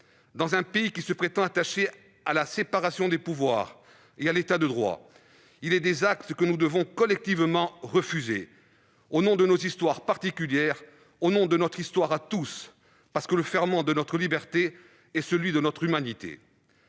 Dans un pays qui se prétend attaché à la séparation des pouvoirs et à l'État de droit, il est des actes contre lesquels nous devons collectivement nous élever, au nom de nos histoires particulières, de notre histoire à tous, parce que le ferment de notre liberté est celui de notre humanité.